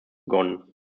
begonnen